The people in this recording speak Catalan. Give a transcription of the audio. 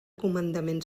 comandament